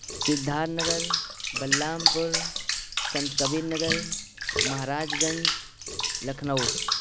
Siddharth Nagar Balrampur Sant Kabir Nagar Maharajganj Lucknow